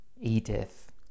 Edith